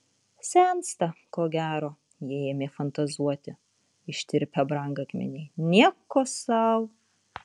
sensta ko gero jei ėmė fantazuoti ištirpę brangakmeniai nieko sau